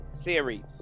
series